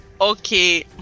Okay